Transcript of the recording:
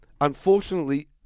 unfortunately